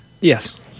Yes